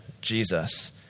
Jesus